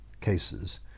cases